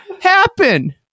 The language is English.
happen